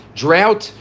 drought